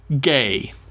Gay